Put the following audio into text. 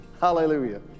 hallelujah